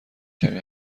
کمی